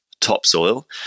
topsoil